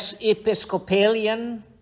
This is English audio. Episcopalian